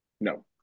No